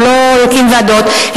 והוא לא הקים ועדות,